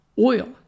Oil